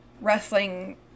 wrestling